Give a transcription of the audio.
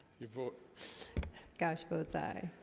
vote gosh good side